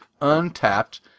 Untapped